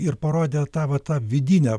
ir parodė tą va tą vidinę